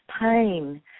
pain